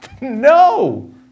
No